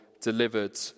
delivered